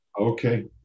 Okay